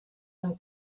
amb